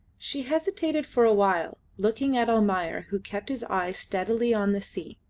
she hesitated for a while, looking at almayer, who kept his eyes steadily on the sea,